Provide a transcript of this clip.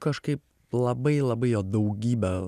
kažkaip labai labai jo daugybę